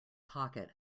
pocket